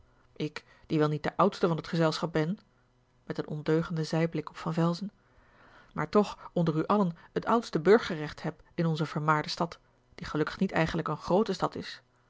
ik die wel niet de oudste van t gezelschap ben met een ondeugenden zijblik op van velzen maar toch onder u allen het oudste burgerrecht heb in onze vermaarde stad die gelukkig niet eigenlijk eene groote stad is